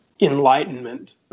enlightenment